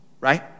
right